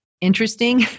interesting